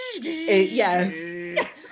Yes